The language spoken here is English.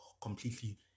completely